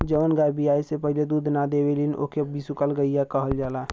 जवन गाय बियाये से पहिले दूध ना देवेली ओके बिसुकुल गईया कहल जाला